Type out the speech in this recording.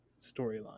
storyline